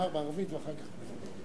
בערבית ואחר כך בעברית.